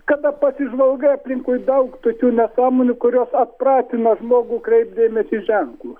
kada pasižvalgai aplinkui daug tokių nesąmonių kurios atpratina žmogų kreipti dėmesį į ženklus